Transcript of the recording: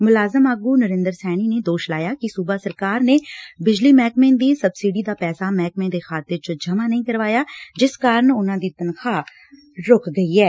ਮੁਲਾਜ਼ਮ ਆਗੁ ਨਰਿੰਦਰ ਸੈਣੀ ਨੇ ਦੋਸ਼ ਲਾਇਆ ਕਿ ਸੁਬਾ ਸਰਕਾਰ ਨੇ ਬਿਜਲੀ ਮਹਿਕਮੇ ਦੀ ਸਬਸਿਡੀ ਦਾ ਪੈਸਾ ਮਹਿਕਮੇ ਦੇ ਖਾਤੇ ਚ ਜਮੁਾ ਨਹੀ ਕਰਵਾਇਆ ਜਿਸ ਕਾਰਨ ਉਨੁਾ ਦੀ ਤਨਖਾਹ ਰੁਕ ਗਈ ਐ